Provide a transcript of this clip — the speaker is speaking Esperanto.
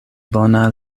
bona